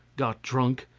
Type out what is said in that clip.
got drunk,